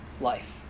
life